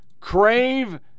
crave